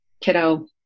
kiddo